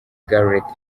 gareth